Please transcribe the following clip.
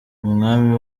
umwami